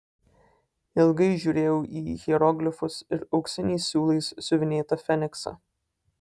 ilgai žiūrėjau į hieroglifus ir auksiniais siūlais siuvinėtą feniksą